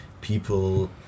people